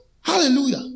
Hallelujah